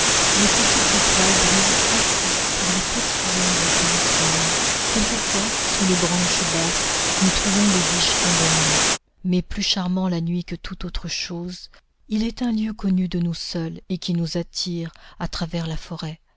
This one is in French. les petites étoiles brillent assez pour les petites ombres que nous sommes quelquefois sous les branches basses nous trouvons des biches endormies mais plus charmant la nuit que toute autre chose il est un lieu connu de nous seuls et qui nous attire à travers la forêt